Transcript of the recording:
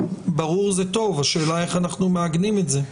ברור זה טוב, השאלה איך אנחנו מעגנים את זה.